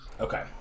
Okay